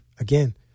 Again